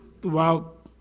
throughout